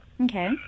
Okay